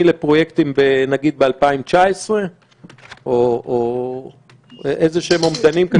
לפרויקטים נגיד ב-2019 או איזשהם אומדנים?